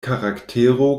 karaktero